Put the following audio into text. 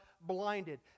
blinded